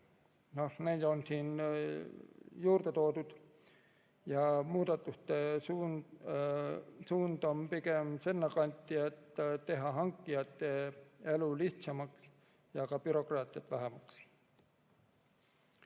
neid siin juurde toodud. Muudatuste suund on pigem sinna kanti, et tuleb teha hankijate elu lihtsamaks ja saada ka bürokraatiat vähemaks.